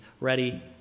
ready